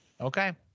Okay